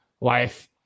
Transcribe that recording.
Life